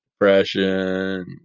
depression